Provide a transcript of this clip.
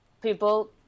people